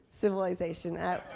civilization